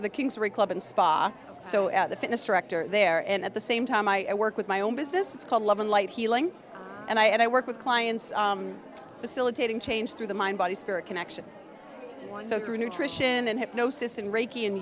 the kings were a club and spa so at the fitness director there and at the same time i work with my own business it's called love and light healing and i and i work with clients facilitating change through the mind body spirit connection so through nutrition and hypnosis and reiki and